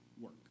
work